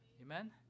Amen